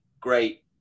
great